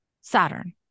Saturn